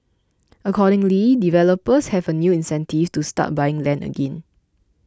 accordingly developers have a new incentive to start buying land again